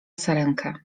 sarenkę